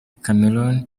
cameroon